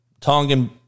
Tongan